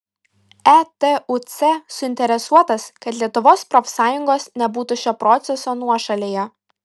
etuc suinteresuotas kad lietuvos profsąjungos nebūtų šio proceso nuošalėje